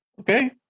okay